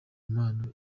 impano